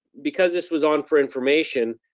because this was on for information,